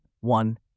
one